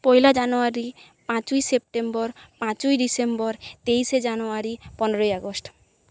পয়লা January পাঁচই September পাঁচই December তেইশে জানুয়ারি পনেরোই আগস্ট